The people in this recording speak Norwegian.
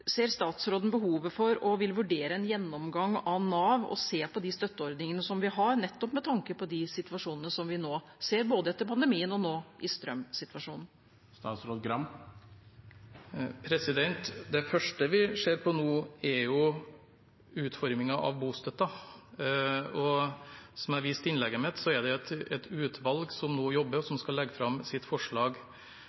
Ser statsråden behovet for og vil han vurdere en gjennomgang av Nav og se på de støtteordningene vi har, nettopp med tanke på de situasjonene vi nå ser, både etter pandemien og nå, med denne strømsituasjonen? Det første vi ser på nå, er utformingen av bostøtten. Som jeg viste til i innlegget mitt, er det et utvalg som nå jobber, og